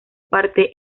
parte